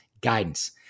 guidance